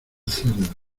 cerdo